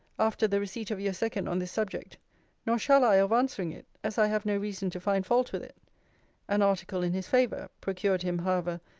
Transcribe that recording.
after the receipt of your second on this subject nor shall i of answering it, as i have no reason to find fault with it an article in his favour, procured him, however,